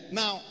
now